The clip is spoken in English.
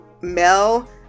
mel